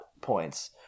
points